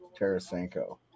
Tarasenko